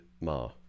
ma